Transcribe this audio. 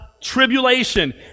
tribulation